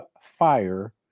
fire